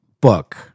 book